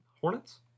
Hornets